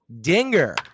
dinger